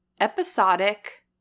episodic